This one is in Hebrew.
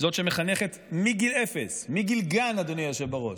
זאת שמחנכת מגיל אפס, מגיל גן, אדוני היושב בראש,